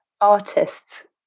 artists